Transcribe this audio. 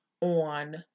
on